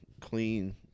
clean